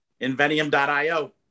Invenium.io